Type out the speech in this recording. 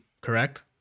correct